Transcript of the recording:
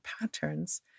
patterns